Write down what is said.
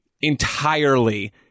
entirely